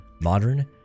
modern